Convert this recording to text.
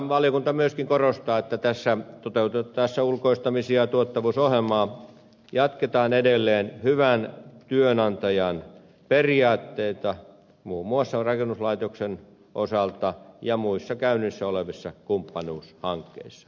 valiokunta myöskin korostaa että tässä toteutettaessa ulkoistamisia tuottavuusohjelmaa jatketaan edelleen hyvän työnantajan periaatteita noudattaen muun muassa rakennuslaitoksen osalta ja muissa käynnissä olevissa kumppanuushankkeissa